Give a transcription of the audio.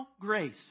grace